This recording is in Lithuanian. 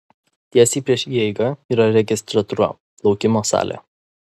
tiesiai prieš įeigą yra registratūra laukimo salė